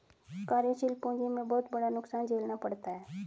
कार्यशील पूंजी में बहुत बड़ा नुकसान झेलना पड़ता है